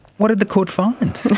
what did the court find?